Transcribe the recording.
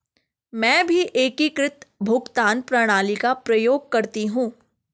मैं भी एकीकृत भुगतान प्रणाली का प्रयोग करती हूं